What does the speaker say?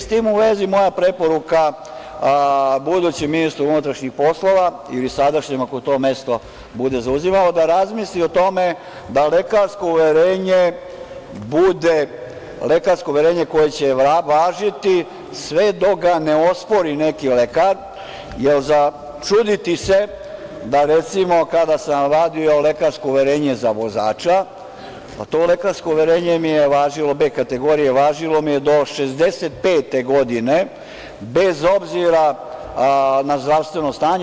S tim u vezi, moja preporuka budućem ministru unutrašnjih poslova, ili sadašnjem, ako to mesto bude zauzimao, da razmisli o tome da lekarsko uverenje bude lekarsko uverenje koje će važiti sve dok ga ne ospori neki lekar, jer za čuditi je da, recimo, kada sam vadio lekarsko uverenje za vozača, pa to lekarsko uverenje „B“ kategorije mi je važilo do 65. godine, bez obzira na zdravstveno stanje.